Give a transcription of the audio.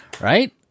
Right